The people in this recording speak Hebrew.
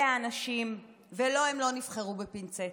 אלה האנשים, ולא, הם לא נבחרו בפינצטה.